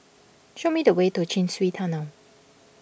show me the way to Chin Swee Tunnel